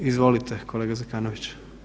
Izvolite kolega Zekanović.